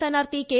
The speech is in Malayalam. സ്ഥാനാർത്ഥി കെ